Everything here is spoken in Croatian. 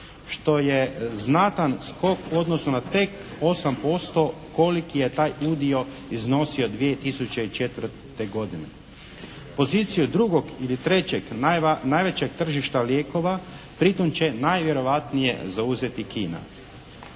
što je znatan skok u odnosu na tek 8% koliki je taj udio iznosio 2004. godine. Poziciju drugog ili trećeg najvećeg tržišta lijekova pri tome će najvjerojatnije zauzeti Kina.